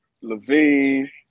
Levine